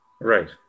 right